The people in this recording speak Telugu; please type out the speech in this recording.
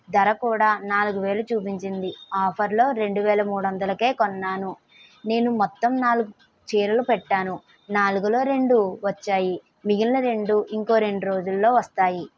ధర కూడా నాలుగు వేలు చూపించింది ఆఫర్లో రెండు వేల మూడు వందలకు కొన్నాను నేను మొత్తం నాలుగు చీరలు పెట్టాను నాలుగులో రెండు వచ్చాయి మిగిలిన రెండు ఇంకో రెండు రోజులలో వస్తాయి